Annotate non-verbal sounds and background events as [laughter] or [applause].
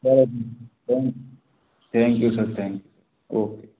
sir [unintelligible] thank you sir thank you okay